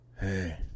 hey